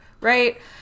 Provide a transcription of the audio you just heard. right